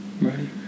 Ready